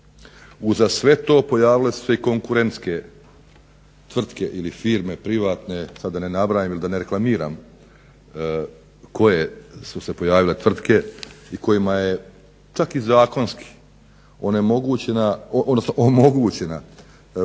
Uza sve to pojavile su se i konkurentske tvrtke ili firme privatne da sada ne nabrajam ili da ne reklamiram koje su se pojavile tvrtke i kojima je čak i zakonski omogućena i